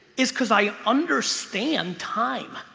is cause i understand time.